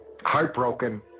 heartbroken